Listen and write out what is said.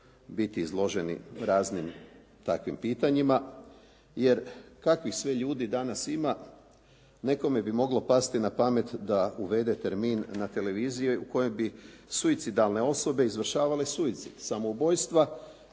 biti izloženi raznim takvim pitanjima jer kakvih sve ljudi danas ima nekome bi moglo pasti na pamet da uvede termin na televiziji u kojem bi suicidalne osobe izvršavale suicid, samoubojstva